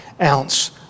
ounce